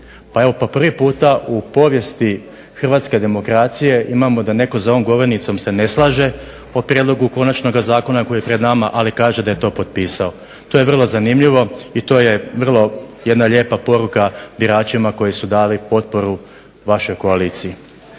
Pa evo po prvi puta u povijesti hrvatske demokracije imamo da netko za ovom govornicom se ne slaže o prijedlogu konačnoga zakona koji je pred nama, ali kaže da je to potpisao. To je vrlo zanimljivo i to je vrlo jedna lijepa poruka biračima koji su dali potporu vašoj koaliciji.